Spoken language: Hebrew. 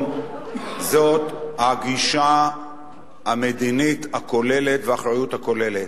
זה הגישה המדינית הכוללת והאחריות הכוללת,